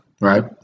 Right